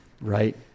right